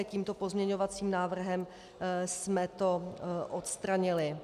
Tímto pozměňovacím návrhem jsme to odstranili.